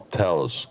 tells